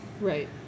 right